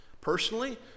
Personally